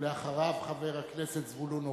אחר כך, חבר הכנסת זבולון אורלב,